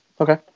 Okay